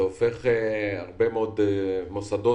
זה הופך הרבה מאוד מוסדות,